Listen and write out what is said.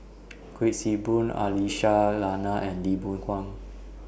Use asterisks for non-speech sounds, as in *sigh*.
*noise* Kuik Swee Boon Aisyah Lyana and Lee Boon Wang